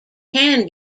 can